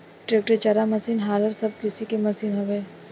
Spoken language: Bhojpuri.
ट्रेक्टर, चारा मसीन, हालर सब कृषि के मशीन हवे